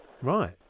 Right